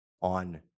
on